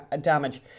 damage